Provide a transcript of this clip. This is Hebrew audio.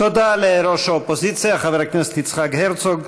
תודה לראש האופוזיציה חבר הכנסת יצחק הרצוג.